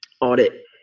audit